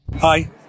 Hi